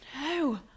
No